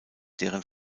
deren